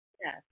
Yes